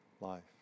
life